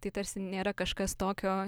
tai tarsi nėra kažkas tokio